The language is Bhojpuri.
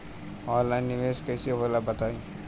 ऑनलाइन निवेस कइसे होला बताईं?